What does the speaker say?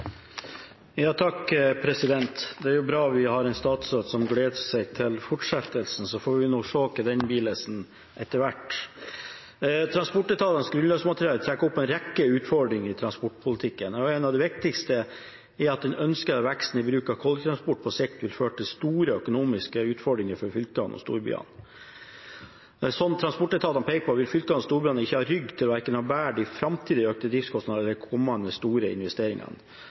får vi nå se hvordan den blir etter hvert. Transportetatens grunnlagsmateriale trekker opp en rekke utfordringer i transportpolitikken. En av de viktigste er at den ønskede veksten i bruk av kollektivtransport på sikt ville ført til store økonomiske utfordringer for fylkene og storbyene. Som transportetatene peker på, vil fylkene og storbyene ikke ha rygg til å bære verken de framtidige økte driftskostnadene eller de kommende store investeringene.